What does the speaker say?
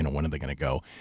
know, when are they gonna go?